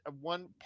one